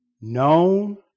Known